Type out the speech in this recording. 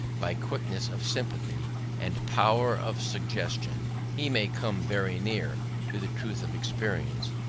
by quickness of sympathy and power of suggestion, he may come very near to the truth of experience,